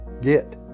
get